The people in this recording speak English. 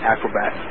Acrobat